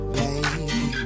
baby